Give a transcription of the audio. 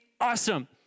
awesome